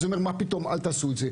אז אני אומר מה פתאום, אל תעשו את זה?